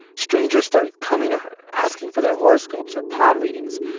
strangers started coming to her, asking for their horoscopes or palm readings,